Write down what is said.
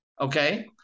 Okay